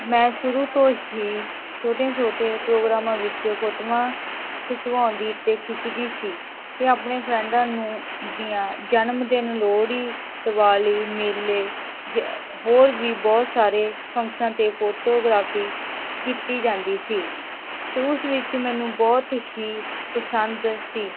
ਮੈਂ ਸ਼ੁਰੂ ਤੋਂ ਹੀ ਛੋਟੇ ਛੋਟੇ ਪ੍ਰੋਗਰਾਮਾਂ ਵਿੱਚ ਫੋਟੋਆਂ ਖਿਚਵਾਉਂਦੀ ਅਤੇ ਖਿੱਚਦੀ ਸੀ ਅਤੇ ਆਪਣੇ ਫਰੈਂਡਾਂ ਨੂੰ ਦੀਆਂ ਜਨਮਦਿਨ ਲੋਹੜੀ ਦੀਵਾਲੀ ਮੇਲੇ ਜ ਹੋਰ ਵੀ ਬਹੁਤ ਸਾਰੇ ਫਕਸਨ 'ਤੇ ਫੋਟੋਗ੍ਰਾਫੀ ਕੀਤੀ ਜਾਂਦੀ ਸੀ ਅਤੇ ਉਸ ਵਿੱਚ ਮੈਨੂੰ ਬਹੁਤ ਹੀ ਪਸੰਦ ਸੀ